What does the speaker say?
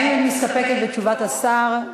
האם את מסתפקת בתשובת סגן השר?